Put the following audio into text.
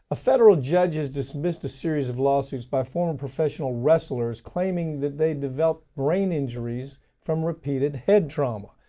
a federal judge has dismissed a series of lawsuits by former professional wrestlers claiming that they developed brain injuries from repeated head trauma.